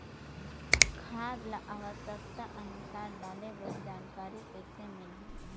खाद ल आवश्यकता अनुसार डाले बर जानकारी कइसे मिलही?